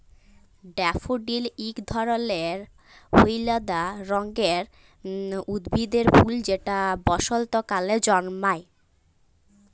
daffodil ইক ধরলের হইলদা রঙের উদ্ভিদের ফুল যেট বসল্তকালে জল্মায়